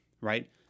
right